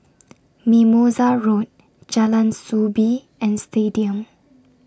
Mimosa Road Jalan Soo Bee and Stadium